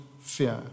fear